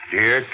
Dear